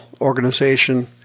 organization